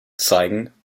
zeigen